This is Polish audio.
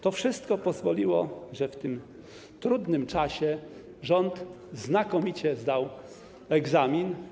To wszystko pokazuje, że w tym trudnym czasie rząd znakomicie zdał egzamin.